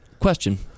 question